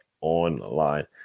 Online